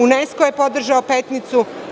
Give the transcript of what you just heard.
UNESCO je podržao Petnicu.